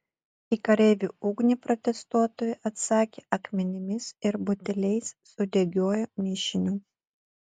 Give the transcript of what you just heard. į kareivių ugnį protestuotojai atsakė akmenimis ir buteliais su degiuoju mišiniu